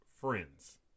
friends